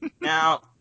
Now